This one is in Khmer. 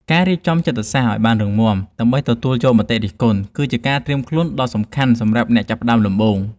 ការរៀបចំចិត្តសាស្ត្រឱ្យបានរឹងមាំដើម្បីទទួលយកមតិរិះគន់ គឺជាការត្រៀមខ្លួនដ៏សំខាន់សម្រាប់អ្នកចាប់ផ្តើមដំបូង។